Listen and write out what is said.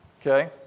Okay